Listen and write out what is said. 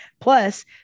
Plus